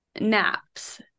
naps